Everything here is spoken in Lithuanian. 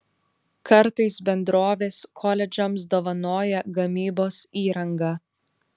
kartais bendrovės koledžams dovanoja gamybos įrangą